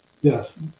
Yes